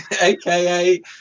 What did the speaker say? aka